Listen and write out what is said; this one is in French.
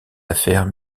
affaires